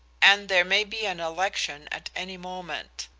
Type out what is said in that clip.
and there may be an election at any moment.